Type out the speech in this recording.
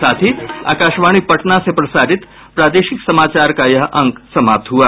इसके साथ ही आकाशवाणी पटना से प्रसारित प्रादेशिक समाचार का ये अंक समाप्त हुआ